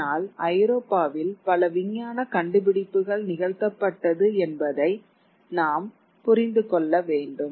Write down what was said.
ஆனால் ஐரோப்பாவில் பல விஞ்ஞான கண்டுபிடிப்புகள் நிகழ்த்தப்பட்டது என்பதை நாம் புரிந்து கொள்ள வேண்டும்